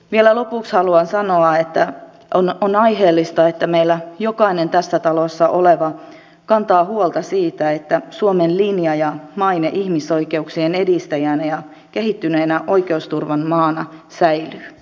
vielä lopuksi haluan sanoa että on aiheellista että meillä jokainen tässä talossa oleva kantaa huolta siitä että suomen linja ja maine ihmisoikeuksien edistäjänä ja kehittyneen oikeusturvan maana säilyy